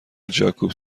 جاکوب